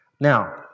Now